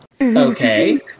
okay